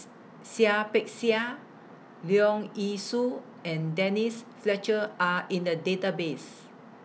Seah Peck Seah Leong Yee Soo and Denise Fletcher Are in The Database